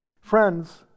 Friends